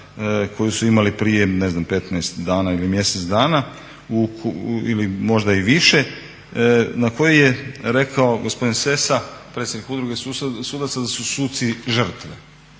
koju su imali prije 15 dana ili mjesec dana ili možda i više, na koju je rekao gospodin Sesa, predsjednik udruge sudaca da su suci žrtve.